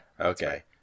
Okay